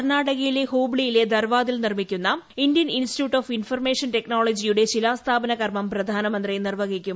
കർണാടക ഹൂബ്ലിയിലെ ദർവാദിൽ നിർമ്മിക്കുന്ന ഇന്ത്യൻ ഇൻസ്റ്റിറ്റ്യൂട്ട് ഓഫ് ഇൻഫർമേഷൻ ടെക്നോളജിയുടെ ശിലാസ്ഥാപന കർമ്മം പ്രധാന മന്ത്രി നിർവ്വഹിക്കും